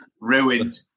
ruined